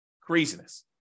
Craziness